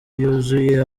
yuzuye